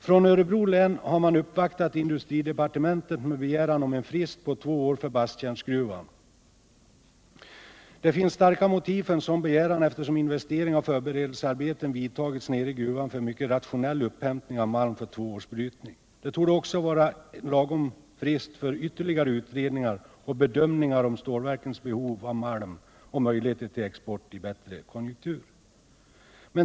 Från Örebro län har man uppvaktat industridepartementet med begäran om cen frist på två år för Basttjärnsgruvan. Det finns starka motiv för en sådan begäran. eftersom investeringar och förberedelscarbeten vidtagits nere i gruvan för en mycket rationell upphämtning av malm för två års brytning. Det borde också vara en lagom frist för ytterligare utredningar och bedömningar om stålverkens behov av malm och möjligheter till export i en bättre konjunktur.